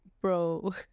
Bro